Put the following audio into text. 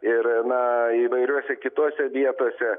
ir na įvairiose kitose vietose